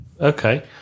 okay